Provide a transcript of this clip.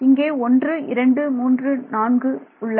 இங்கே 1 2 3 4 உள்ளன